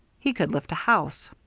he could lift a house.